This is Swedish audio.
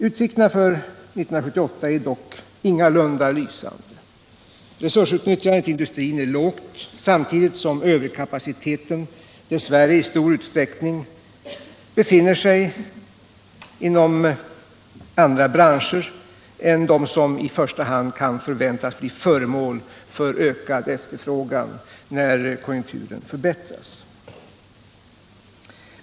Utsikterna för 1978 är dock ingalunda lysande. Resursutnyttjandet i industrin är lågt. samtidigt som överkapaciteten dess värre i stor utsträckning befinner sig inom andra branscher än de som i första hand kan förväntas bli föremål för ökad efterfrågan när konjunkturen förbättras.